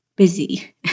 busy